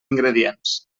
ingredients